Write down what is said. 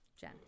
Jen